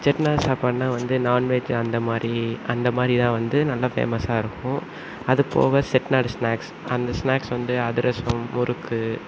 செட்டிநாடு சாப்பாடுனா வந்து non veg அந்தமாதிரி அந்தமாதிரி தான் வந்து நல்லா ஃபேமஸாக இருக்கும் அது போக செட்டிநாடு ஸ்நாக்ஸ் அந்த ஸ்நாக்ஸ் வந்து அதிரசம் முறுக்கு